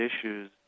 issues